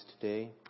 today